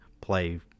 play